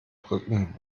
brücken